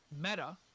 meta